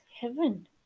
heaven